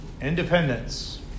Independence